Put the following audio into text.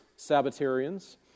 Sabbatarians